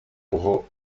borough